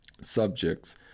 subjects